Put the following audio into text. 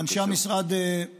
אנשי המשרד, לא,